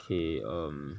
okay um